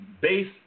base